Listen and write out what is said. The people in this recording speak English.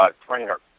trainer